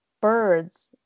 birds